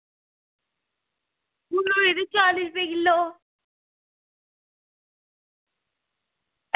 ओह् होने यरो चाली रपे किलो